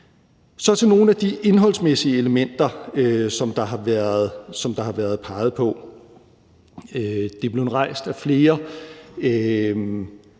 Så til nogle af de indholdsmæssige elementer, som der har været peget på: Det her med, at der